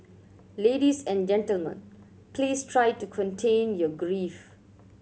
ladies and gentlemen please try to contain your grief